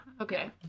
Okay